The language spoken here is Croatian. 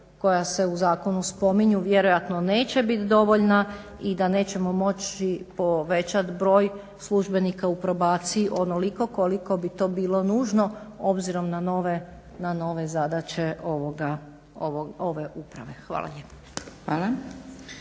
koja se u zakonu spominju vjerojatno neće bit dovoljna i da nećemo moći povećati broj službenika u probaciji onoliko koliko bi to bilo nužno obzirom na nove zadaće ove uprave. Hvala lijepo.